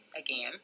again